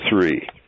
three